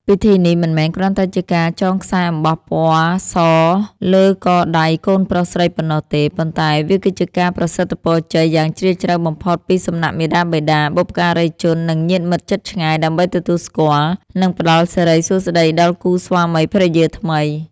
ពិធីនេះមិនមែនគ្រាន់តែជាការចងខ្សែអំបោះពណ៌សលើកដៃកូនប្រុសស្រីប៉ុណ្ណោះទេ ប៉ុន្តែវាគឺជាការប្រសិទ្ធពរជ័យយ៉ាងជ្រាលជ្រៅបំផុតពីសំណាក់មាតាបិតា បុព្វការីជន និងញាតិមិត្តជិតឆ្ងាយ ដើម្បីទទួលស្គាល់ និងផ្តល់សិរីសួស្តីដល់គូស្វាមីភរិយាថ្មី។